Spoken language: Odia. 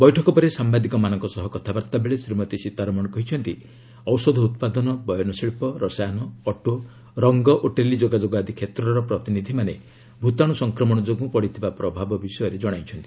ବୈଠକ ପରେ ସାମ୍ବାଦିକମାନଙ୍କ ସହ କଥାବାର୍ତ୍ତା ବେଳେ ଶ୍ରୀମତୀ ସୀତାରମଣ କହିଛନ୍ତି ଔଷଧ ଉତ୍ପାଦନ ବୟନ ଶିଳ୍ପ ରସାୟନ ଅଟୋ ରଙ୍ଗ ଓ ଟେଲିଯୋଗାଯୋଗ ଆଦି କ୍ଷେତ୍ରର ପ୍ରତିନିଧିନିମାନେ ଭୂତାଣୁ ସଂକ୍ରମଣ ଯୋଗୁଁ ପଡ଼ିଥିବା ପ୍ରଭାବ ବିଷୟରେ ଜଣାଇଛନ୍ତି